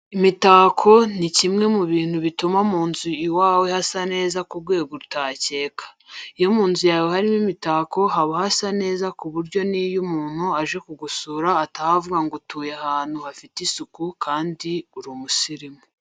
Imitako ni kimwe mu bintu bituma mu nzu iwawe hasa neza ku rwego utakeka. Iyo mu nzu yawe harimo imitako haba hasa neza ku buryo n'iyo umuntu aje kugusura ataha avuga ngo utuye ahantu hafite isuku kandi uri umusirimu.